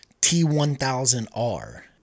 T1000R